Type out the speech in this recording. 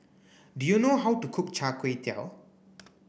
Do you know how to cook Char Kway Teow